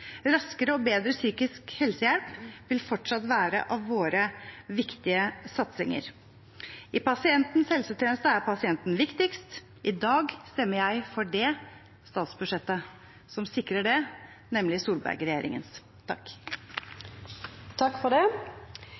Raskere og bedre psykisk helsehjelp vil fortsatt være av våre viktige satsinger. I pasientens helsetjeneste er pasienten viktigst. I dag stemmer jeg for det statsbudsjettet som sikrer det, nemlig